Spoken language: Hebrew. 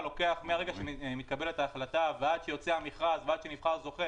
לוקח מהרגע שמתקבלת ההחלטה ועד שיוצא המכרז ועד שנבחר זוכה,